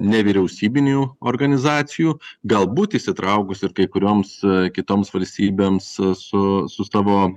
nevyriausybinių organizacijų galbūt įsitraukus ir kai kurioms kitoms valstybėms su su savo